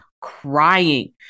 crying